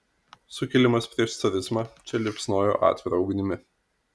sukilimas prieš carizmą čia liepsnojo atvira ugnimi